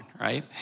right